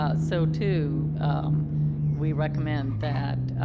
ah so too we recommend that